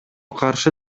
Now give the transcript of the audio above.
каршы